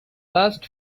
last